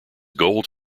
gold